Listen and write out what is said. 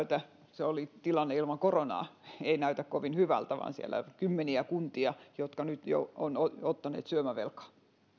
se oli tilanne ilman koronaa eikä näytä kovin hyvältä vaan siellä on kymmeniä kuntia jotka nyt ovat ottaneet syömävelkaa